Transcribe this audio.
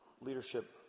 leadership